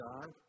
God